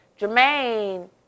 jermaine